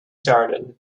garden